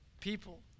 people